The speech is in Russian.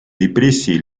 репрессии